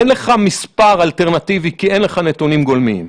אין לך מספר אלטרנטיבי, כי אין לך נתונים גולמיים.